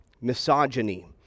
misogyny